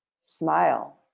smile